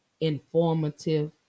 Informative